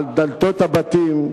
על דלתות הבתים,